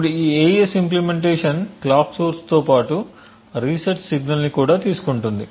ఇప్పుడు ఈ AES implementation clock సోర్స్తో పాటు రీసెట్ సిగ్నల్ను కూడా తీసుకుంటుంది